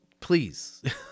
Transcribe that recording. please